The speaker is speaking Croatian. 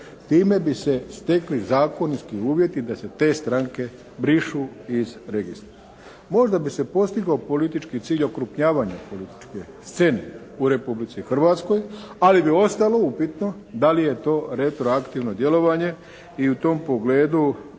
time bi se stekli zakonski uvjeti da se te stranke brišu iz registra. Možda bi se postigao politički cilj okrupnjavanja političke scene u Republici Hrvatskoj, ali bi ostalo upitno da li je to retroaktivno djelovanje i u tom pogledu